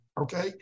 okay